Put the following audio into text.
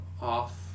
off